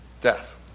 Death